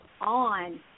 on